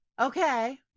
Okay